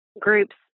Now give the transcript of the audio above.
groups